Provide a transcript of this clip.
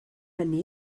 hynny